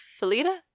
Felita